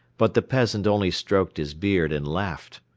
but the peasant only stroked his beard and laughed.